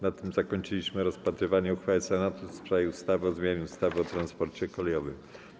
Na tym zakończyliśmy rozpatrywanie uchwały Senatu w sprawie ustawy o zmianie ustawy o transporcie kolejowym.